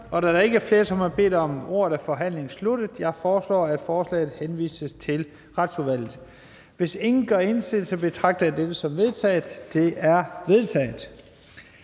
Da der ikke er flere, som har bedt om ordet, er forhandlingen sluttet. Jeg foreslår, at forslaget henvises til Retsudvalget. Hvis ingen gør indsigelse, betragter jeg dette som vedtaget. Det er vedtaget.